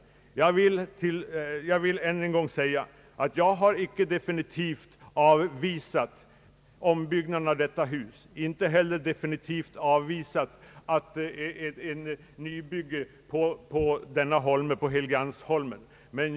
Jag vill än en gång framhålla att jag inte definitivt har avvisat tanken på en ombyggnad av detta hus eller en nybyggnad på Helgeandsholmen.